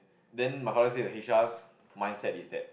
then my father said H_R mindset is that